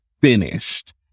finished